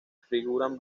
figuran